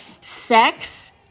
sex